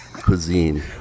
Cuisine